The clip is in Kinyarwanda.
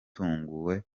bikomeye